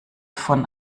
von